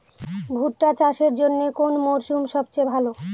ভুট্টা চাষের জন্যে কোন মরশুম সবচেয়ে ভালো?